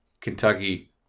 Kentucky